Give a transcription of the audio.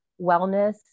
wellness